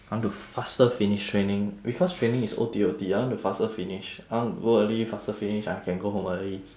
I want to faster finish training because training is O_T_O_T I want to faster finish I want to go early faster finish I can go home early